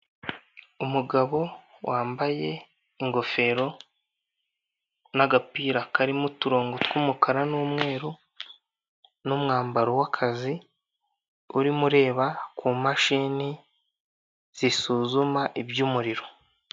Umugabo wambaye ingofero n,agapira karimo uturongo tw'umukara n'umweru n,umwambaro w,akazi urimo ureba ku mashini zisuzuma iby'umuriro.